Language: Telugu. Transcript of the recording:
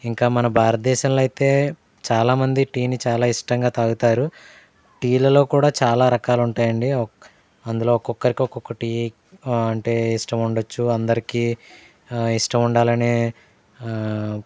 ఇంకా మన భారతదేశంలో అయితే చాలా మంది టీని చాలా ఇష్టంగా తాగుతారు టీలలో కూడా చాలా రకాలుంటాయి అండి అందులో ఒక్కొక్కరికి ఒక్కొక్క టీ అంటే ఇష్టముండ వచ్చు అందరికీ ఇష్టముండాలి అనే